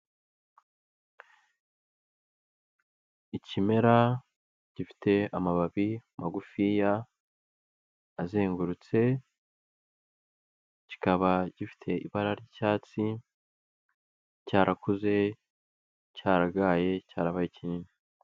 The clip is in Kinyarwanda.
Ikimera gifite amababi magufiya azengurutse, kikaba gifite ibara ry'icyatsi, cyarakuze, cyaragaye cyarabaye kinini.